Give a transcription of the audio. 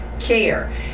Care